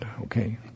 Okay